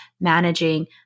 managing